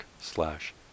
slash